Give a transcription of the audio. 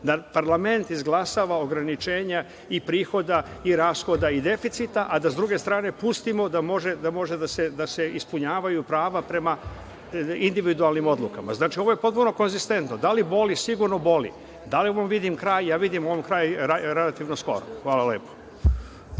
da parlament izglasava ograničenja i prihoda i rashoda i deficita, a da s druge strane pustimo da mogu da se ispunjavaju prava prema individualnim odlukama. Znači, ovo je potpuno konzistentno. Da li boli? Sigurno boli. Da li ovom vidim kraj? Ja vidim ovom kraj relativno skoro. Hvala lepo. Dva